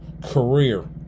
Career